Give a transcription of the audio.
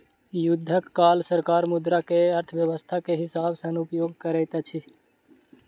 युद्धक काल सरकार मुद्रा के अर्थव्यस्था के हिसाब सॅ उपयोग करैत अछि